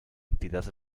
entidad